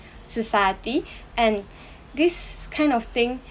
society and this kind of thing